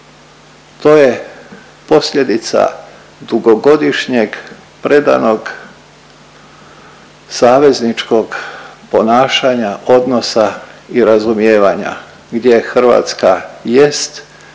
To je posljedica dugogodišnjeg predanog savezničkog ponašanja odnosa i razumijevanja gdje Hrvatska jest